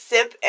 Sip